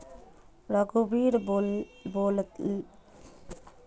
रघुवीर बताले कि वहाक कृषि उत्पादक डिजिटलीकरण करने से की लाभ ह छे